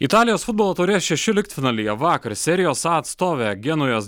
italijos futbolo taurės šešioliktfinalyje vakar serijos a atstovė genujos